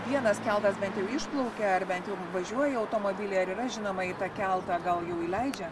vienas keltas bent jau išplaukė ar bent jau važiuoja automobiliai ar yra žinoma į tą keltą gal jau įleidžia